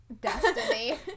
destiny